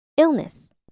Illness